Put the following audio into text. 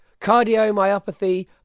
cardiomyopathy